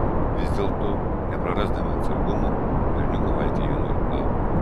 vis dėlto neprarasdami atsargumo berniuko valtį jie nuirklavo